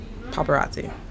Paparazzi